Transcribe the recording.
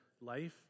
life